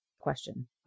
Question